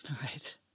Right